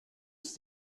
ist